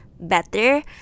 better